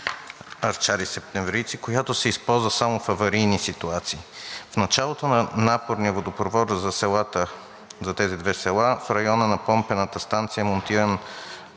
Арчар и Септемврийци, която се използва само в аварийни ситуации. В началото на напорния водопровод за тези две села в района на помпената станция е монтиран